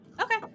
Okay